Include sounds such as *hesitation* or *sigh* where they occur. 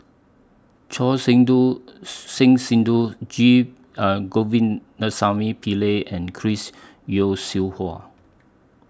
Choor Sidhu Singh Sidhu G *hesitation* Govindasamy Pillai and Chris Yeo Siew Hua